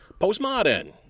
postmodern